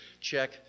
check